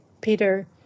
Peter